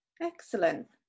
Excellent